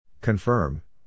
Confirm